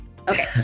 Okay